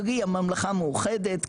קרי הממלכה המאוחדת,